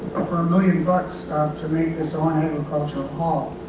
for a million bucks to make this owen agricultural hall.